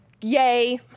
yay